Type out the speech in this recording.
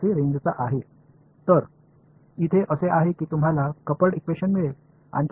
எனவே இங்கே நீங்கள் இணைந்த சமன்பாடுகளைப் பெறுவீர்கள்